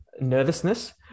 nervousness